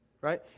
right